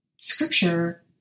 Scripture